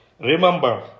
Remember